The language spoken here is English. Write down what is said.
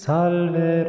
Salve